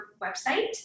website